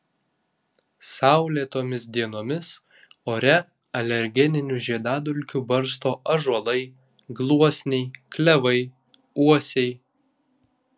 saulėtomis dienomis ore alergeninių žiedadulkių barsto ąžuolai gluosniai klevai uosiai